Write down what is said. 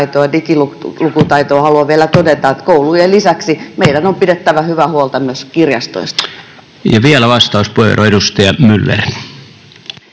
Vielä vastauspuheenvuoro, edustaja Pauli